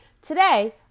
today